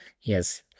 Yes